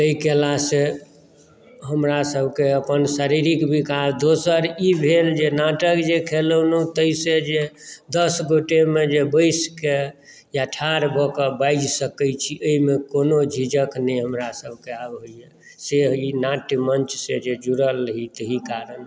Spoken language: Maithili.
तैॅं कयला सॅं हमरा सभकेँ अपन शारीरिक विकास दोसर ई भेल जे नाटक जे खेलेलहुँ ताहि सॅं जे दस गोटेमे जे बैसके या ठाढ़ भऽ कऽ बाजि सकै छी एहिमे कोनो झिझक नहि हमरा सभकेँ आब होइया से जे ई नाट्य मञ्च सॅं जे जुड़ल रही तहि कारण